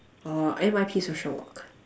or N_Y_P social work